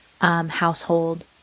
household